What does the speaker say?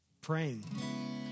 praying